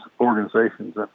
organizations